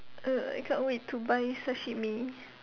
err I can't wait to buy sashimi